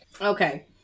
Okay